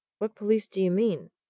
what police do you mean?